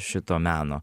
šito meno